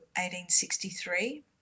1863